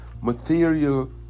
material